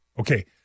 Okay